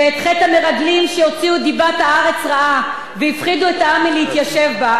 ואת חטא המרגלים שהוציאו את דיבת הארץ רעה והפחידו את העם מלהתיישב בה,